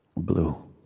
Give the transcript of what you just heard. blue.